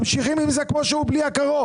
ממשיכים עם זה כמו שהוא בלי ה-קרוב.